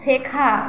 শেখা